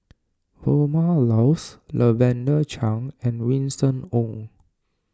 Vilma Laus Lavender Chang and Winston Oh